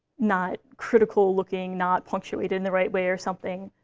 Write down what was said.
not critical-looking, not punctuated in the right way or something,